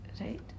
right